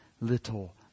little